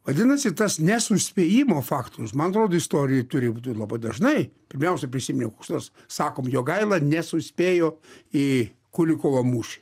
vadinasi tas nesuspėjimo faktorius man atrodo istorijoj turi būti labai dažnai pirmiausia prisiminiau koks nors sakom jogaila nesuspėjo į kulikovo mūšį